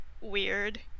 weird